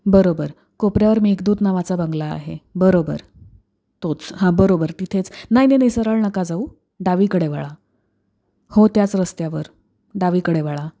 बरोबर कोपऱ्यावर मेघदूत नावाचा बंगला आहे बरोबर तोच हां बरोबर तिथेच नाही नाही नाही सरळ नका जाऊ डावीकडे वळा हो त्याच रस्त्यावर डावीकडे वळा